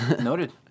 Noted